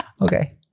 Okay